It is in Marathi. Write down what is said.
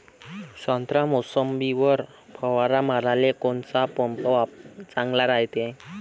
संत्रा, मोसंबीवर फवारा माराले कोनचा पंप चांगला रायते?